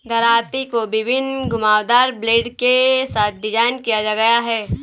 दरांती को विभिन्न घुमावदार ब्लेड के साथ डिज़ाइन किया गया है